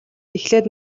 эхлээд